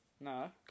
No